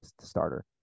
starter